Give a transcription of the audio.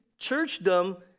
churchdom